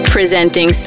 Presenting